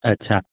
अच्छा